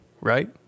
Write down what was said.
right